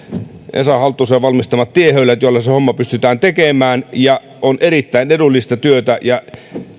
esa halttusen valmistamat tiehöylät joilla se homma pystytään tekemään se on erittäin edullista työtä